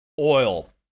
Oil